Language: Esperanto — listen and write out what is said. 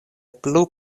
plu